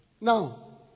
Now